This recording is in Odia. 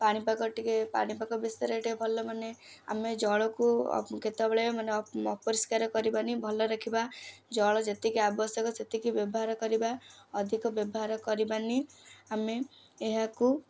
ପାଣିପାଗ ଟିକେ ପାଣିପାଗ ବିଷୟରେ ଟିକେ ଭଲ ମାନେ ଆମେ ଜଳକୁ କେତେବେଳେ ମାନେ ଅପରିଷ୍କାର କରିବା ନି ଭଲ ରଖିବା ଜଳ ଯେତିକି ଆବଶ୍ୟକ ସେତିକି ବ୍ୟବହାର କରିବା ଅଧିକ ବ୍ୟବହାର କରିବା ନି ଆମେ ଏହାକୁ